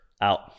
Out